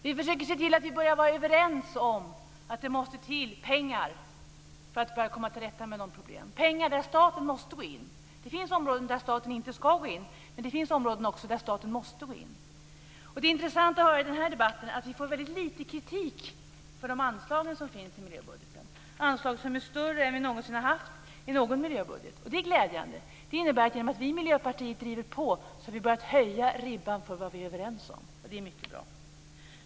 Vi försöker se till att vi kan vara överens om att det måste till pengar för att börja komma till rätta med problemen, pengar där staten måste gå in. Det finns områden där staten inte ska gå in men det finns också områden där staten måste gå in. Det är intressant att höra i den här debatten att vi får väldigt lite kritik för de anslag som finns i miljöbudgeten, anslag som är större än vi någonsin har haft i någon miljöbudget. Det är glädjande. Det innebär att genom att vi i Miljöpartiet driver på har vi börjat höja ribban för vad vi är överens om. Det är mycket bra.